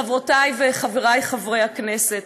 חברותי וחברי חברי הכנסת,